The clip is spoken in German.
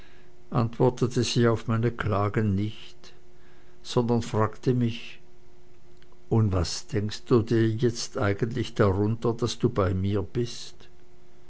antwortete sie auf meine klagen nicht sondern fragte mich und was denkst du dir jetzt eigentlich darunter daß du bei mir bist